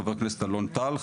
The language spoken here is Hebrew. חבר הכנסת אלון טל,